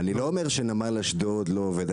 לא אומר שנמל אשדוד לא עובד.